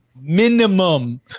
minimum